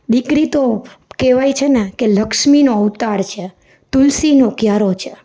દીકરી તો કહેવાય છે ને કે લક્ષ્મીનો અવતાર છે તુલસીનો ક્યારો છે